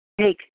take